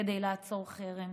כדי לעצור חרם,